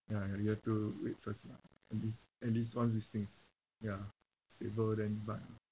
ya ya you have to wait first lah at least at least once these things ya stable then buy ah